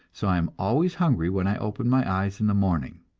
so i am always hungry when i open my eyes in the morning.